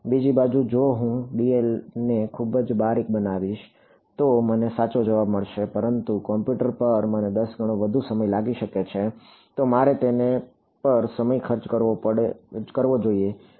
બીજી બાજુ જો હું dl ને ખૂબ જ બારીક બનાવીશ તો મને સાચો જવાબ મળશે પરંતુ કમ્પ્યુટર પર મને 10 ગણો વધુ સમય લાગી શકે છે તો મારે તેના પર સમય ખર્ચ કરવો જોઈએ